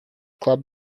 club